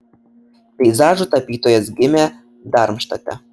peizažų tapytojas gimė darmštate